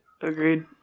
Agreed